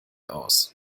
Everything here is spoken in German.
aus